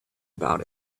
about